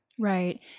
right